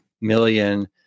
million